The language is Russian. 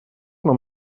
нам